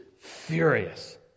furious